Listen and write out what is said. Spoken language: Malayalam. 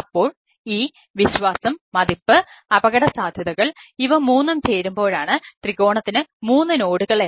അപ്പോൾ ഈ വിശ്വാസം മതിപ്പ് അപകടസാധ്യതകൾ ഇത് മൂന്നും ചേരുമ്പോഴാണ് ത്രികോണത്തിന് മൂന്ന് നോഡുകൾ